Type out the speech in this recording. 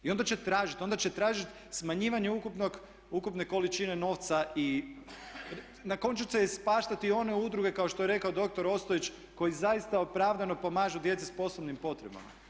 I onda će tražiti, onda će tražiti smanjivanje ukupne količine novca i na koncu će ispaštati one udruge kao što je rekao doktor Ostojić koji zaista opravdano pomažu djeci s posebnim potrebama.